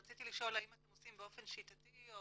רציתי לשאול האם אתם עושים באופן שיטתי או